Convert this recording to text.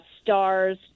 stars